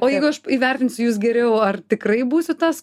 o jeigu įvertinsiu jus geriau ar tikrai būsiu tas